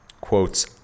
quotes